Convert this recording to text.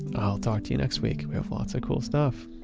i'll talk to you next week. we have lots of cool stuff,